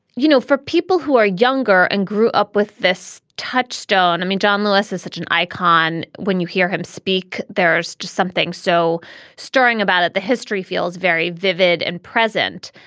you know, for people who are younger and grew up with this touchstone, i mean, john lewis is such an icon. when you hear him speak, there's something so stirring about it. the history feels very vivid and present.